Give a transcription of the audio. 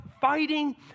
fighting